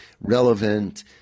relevant